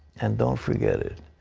and don't forget it.